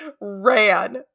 ran